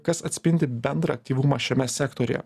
kas atspindi bendrą aktyvumą šiame sektoriuje